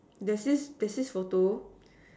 there's this there's this photo